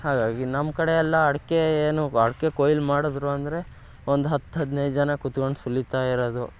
ಹಾಗಾಗಿ ನಮ್ಮ ಕಡೆೆ ಎಲ್ಲ ಅಡಿಕೆ ಏನು ಬ ಅಡಿಕೆ ಕೊಯ್ಲು ಮಾಡಿದ್ರು ಅಂದರೆ ಒಂದು ಹತ್ತು ಹದಿನೈದು ಜನ ಕೂತ್ಕೊಂಡು ಸುಲಿತಾ ಇರೋದು